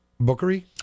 bookery